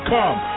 Come